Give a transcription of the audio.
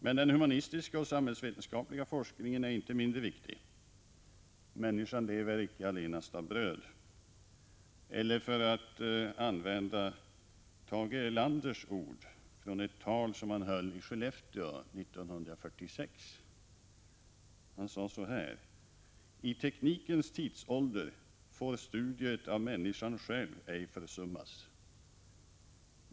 Den humanistiska och samhällsvetenskapliga forskningen är inte mindre viktig. ”Människan lever icke allenast av bröd.” Eller för att använda Tage Erlanders ord från ett tal som han höll i Skellefteå 1946: ”I teknikens tidsålder får studiet av människan själv ej försummas.